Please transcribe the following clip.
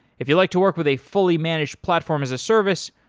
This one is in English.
if you like to work with a fully-managed platform as a service,